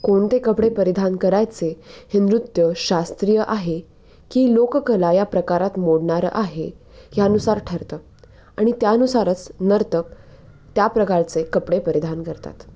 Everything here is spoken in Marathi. कोणते कपडे परिधान करायचे हे नृत्य शास्त्रीय आहे की लोककला या प्रकारात मोडणारं आहे ह्यानुसार ठरतं आणि त्यानुसारच नर्तक त्या प्रकारचे कपडे परिधान करतात